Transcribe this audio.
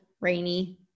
rainy